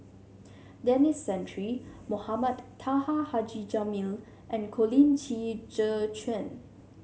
Denis Santry Mohamed Taha Haji Jamil and Colin Qi Zhe Quan